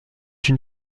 une